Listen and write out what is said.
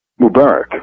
Mubarak